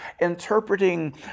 interpreting